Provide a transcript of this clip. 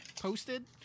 posted